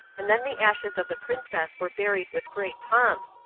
and then the ashes of the princess were buried with great pomp,